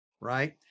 right